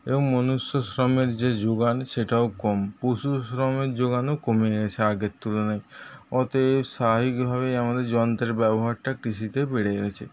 এবং মনুষ্য শ্রমের যে যুগান সেটাও কম পশুশ্রমের যোগানও কমে গেছে আগের তুলনায় অতএব স্বাভাবিকভাবেই আমাদের যন্ত্রের ব্যবহারটা কৃষিতে বেড়ে গেছে